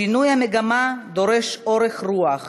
שינוי המגמה דורש אורך רוח,